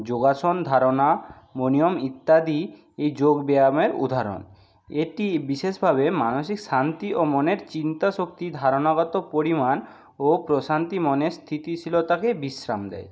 যোগাসন ধারণা ইত্যাদি এ যোগ ব্যায়ামের উদাহরণ এটি বিশেষভাবে মানসিক শান্তি ও মনের চিন্তাশক্তি ধারণাগত পরিমাণ ও প্রশান্তি মনে স্থিতিশীলতাকে বিশ্রাম দেয়